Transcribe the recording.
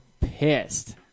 pissed